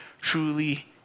truly